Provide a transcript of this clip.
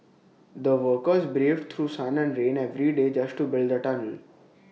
the workers braved through sun and rain every day just to build the tunnel